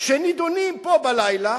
שנדונים פה בלילה,